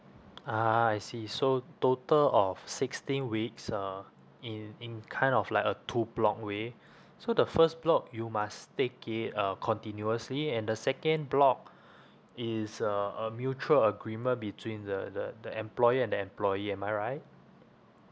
ah I see so total of sixteen weeks uh in in kind of like a two block way so the first block you must take it uh continuously and the second block is a a mutual agreement between the the the employer and the employee am I right